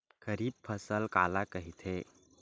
खरीफ फसल काला कहिथे?